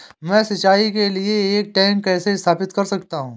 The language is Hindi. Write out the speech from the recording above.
मैं सिंचाई के लिए एक टैंक कैसे स्थापित कर सकता हूँ?